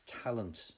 talent